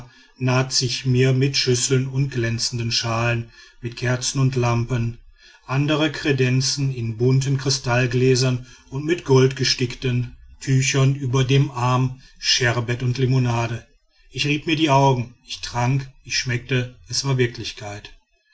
naht sich mir mit schüsseln und glänzenden schalen mit kerzen und lampen andere kredenzen in bunten kristallgläsern und mit goldgestickten tüchern über dem arm scherbet und limonade ich rieb mir die augen ich trank ich schmeckte es war wirklichkeit